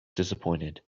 disappointed